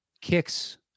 kicks